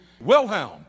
Wilhelm